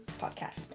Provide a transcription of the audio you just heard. podcast